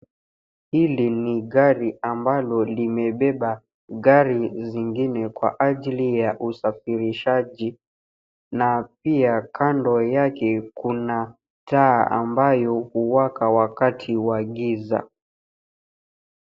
Hili ni gari ambalo limebeba gari zingine kwa ajili ya usafirishaji na pia kando yake kuna taa ambayo huwaka wakati wa giza.